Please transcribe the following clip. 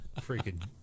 Freaking